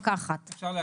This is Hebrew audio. שחררו.